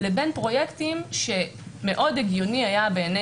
לבין פרויקטים שמאוד הגיוני היה בעיני